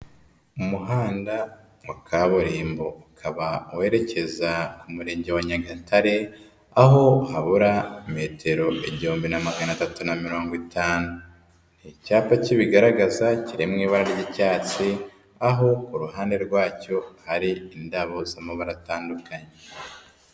Umuhanda wa kaburimbo, ukaba werekeza mu Murenge wa Nyagatare, aho habura metero igihumbi na magana atatu na mirongo itanu, icyapa kibigaragaza kiri mu ibara ry'icyatsi, aho kuruhande rwacyo hari indabo z'amabara atandukanye.